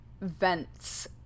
vents